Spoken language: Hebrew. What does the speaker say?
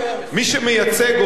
מי שמייצג אותו,